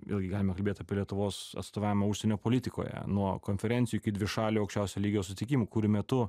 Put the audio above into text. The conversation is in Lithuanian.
vėlgi galime kalbėt apie lietuvos atstovavimą užsienio politikoje nuo konferencijų iki dvišalių aukščiausio lygio susitikimų kurių metu